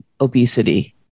obesity